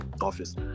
office